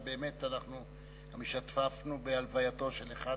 אבל באמת השתתפנו בהלווייתו של אחד